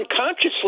unconsciously